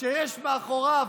כשיש מאחוריו